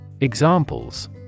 Examples